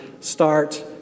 start